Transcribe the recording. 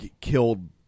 killed